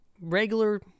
regular